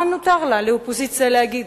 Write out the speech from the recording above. מה נותר לה לאופוזיציה להגיד,